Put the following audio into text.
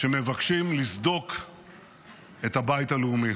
אוחנה: (חבר הכנסת איימן עודה יוצא מאולם המליאה.)